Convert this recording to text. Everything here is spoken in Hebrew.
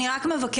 אני רק מבקשת,